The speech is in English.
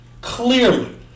Clearly